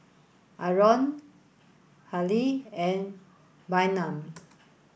Aron Halley and Bynum